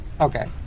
Okay